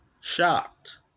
shocked